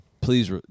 Please